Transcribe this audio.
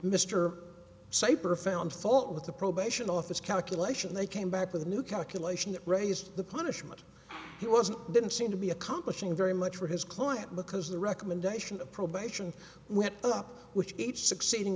or found fault with the probation office calculation they came back with a new calculation that raised the punishment he wasn't didn't seem to be accomplishing very much for his client because the recommendation of probation went up which each succeeding